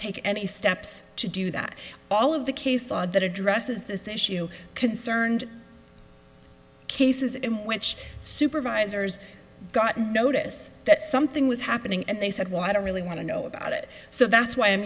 take any steps to do that all of the case law that addresses this issue concerned cases in which supervisors got notice that something was happening and they said why don't really want to know about it so that's why i'm